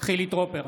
חילי טרופר,